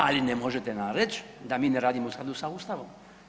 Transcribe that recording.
Ali ne možete nam reći da mi ne radimo u skladu sa Ustavom.